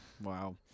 wow